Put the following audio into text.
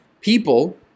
people